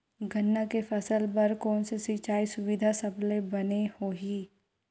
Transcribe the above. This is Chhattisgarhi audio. गन्ना के फसल बर कोन से सिचाई सुविधा सबले बने होही?